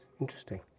Interesting